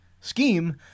scheme